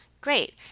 Great